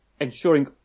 ensuring